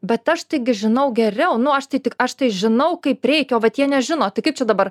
bet aš taigi žinau geriau nu aš tai tik aš tai žinau kaip reikia o vat jie nežino tai kaip čia dabar